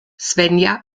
svenja